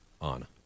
on